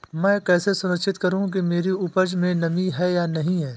मैं कैसे सुनिश्चित करूँ कि मेरी उपज में नमी है या नहीं है?